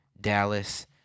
Dallas